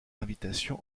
invitation